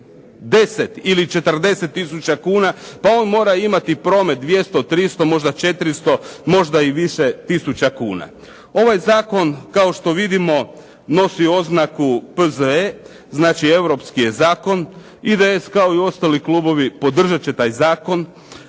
10 ili 40 tisuća kuna pa on mora imati promet 200, 300, možda 400, možda i više tisuća kuna. Ovaj zakon kao što vidimo nosi oznaku P.Z.E. znači europski je zakon. IDS kao i ostali klubovi podržati će taj zakon.